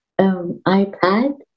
iPad